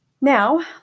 Now